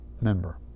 member